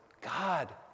God